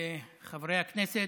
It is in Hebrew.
חברי הכנסת,